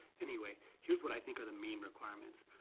anyway, here's what i think are the main requirements.